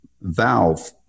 valve